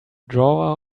drawer